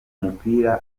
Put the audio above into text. mupira